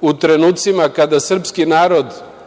u trenucima kada srpski narod